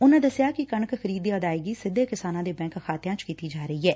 ਉਨਾਂ ਦਸਿਆ ਕਿ ਕਣਕ ਖਰੀਦ ਦੀ ਅਦਾਇਗੀ ਸਿੱਧੇ ਕਿਸਾਨਾਂ ਦੇ ਬੈਂਕ ਖਾਤਿਆਂ ਚ ਕੀਤੀ ਜਾ ਰਹੀ ਐ